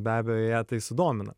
be abejo ją tai sudomina